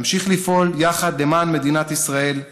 נמשיך לפעול יחד למען מדינת ישראל,